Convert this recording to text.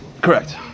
Correct